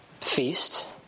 feast